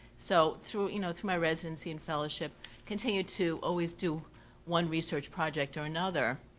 so through you know through my residency and fellowship continue to always do one research project or another.